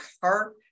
heart